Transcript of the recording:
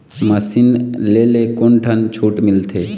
Machine ले ले कोन ठन छूट मिलथे?